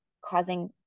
causing